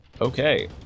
Okay